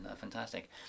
fantastic